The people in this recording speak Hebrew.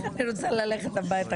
זה בלתי נסבל.